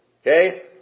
Okay